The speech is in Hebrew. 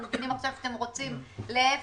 אנחנו מבינים עכשיו שאתם רוצים להיפך,